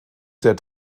der